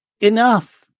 enough